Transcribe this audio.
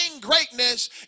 greatness